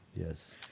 Yes